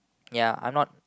ya I'm not